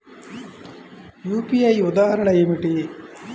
UPI ఉదాహరణ ఏమిటి?